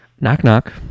Knock-knock